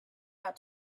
out